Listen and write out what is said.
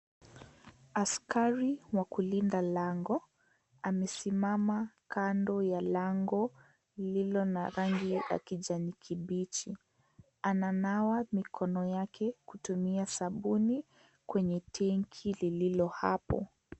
Askari wa kulinda lango amesimama kando ya lango lililo na rangi ya kijani kibichi. Anawa mikono yake kutumia sabuni kwenye tenki lililo hapo.